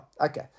Okay